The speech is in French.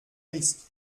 risque